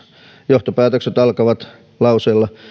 johtopäätökset alkavat lauseella